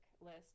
list